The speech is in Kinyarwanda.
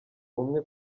umwe